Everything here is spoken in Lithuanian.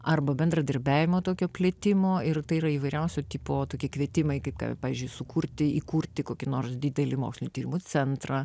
arba bendradarbiavimo tokio plitimo ir tai yra įvairiausio tipo tokie kvietimai kaip pavyzdžiui sukurti įkurti kokį nors didelį mokslinių tyrimų centrą